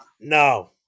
no